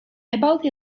about